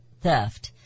theft